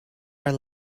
are